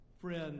Friend